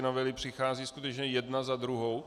Novely přicházejí skutečně jedna za druhou.